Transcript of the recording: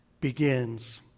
begins